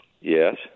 Yes